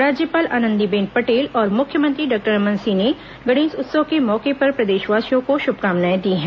राज्यपाल आनंदीबेन पटेल और मुख्यमंत्री डॉक्टर रमन सिंह ने गणेश उत्सव के मौके पर प्रदेशवासियों को शुभकामनाएं दी हैं